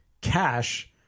cash